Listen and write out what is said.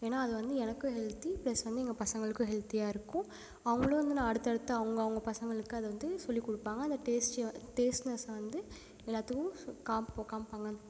ஏன்னா அது வந்து எனக்கு ஹெல்த்தி பிளஸ் வந்து எங்கள் பசங்களுக்கும் ஹெல்த்தியாக இருக்கும் அவங்களும் வந்து நான் அடுத்தடுத்து அவங்கவுங்க பசங்களுக்கு அத வந்து சொல்லிக் கொடுப்பாங்க அந்த டேஸ்ட்டி டேஸ்ட்னஸ்ஸை வந்து எல்லாத்துக்கும் ஸோ காம்போ காமிப்பாங்க